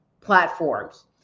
platforms